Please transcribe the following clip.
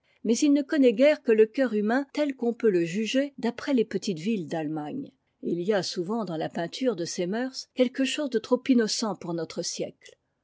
mais il ne connaît guère que le cœur humain tel qu'on peut le juger d'après les petites villes d'attemagne et il y a souvent dans la peinture de ces mœurs quelque chose de trop innocent pour notre siècle